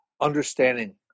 Understanding